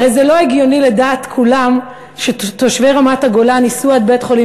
הרי זה לא הגיוני לדעת כולם שתושבי רמת-הגולן ייסעו עד בית-חולים